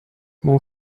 mon